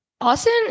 austin